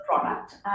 product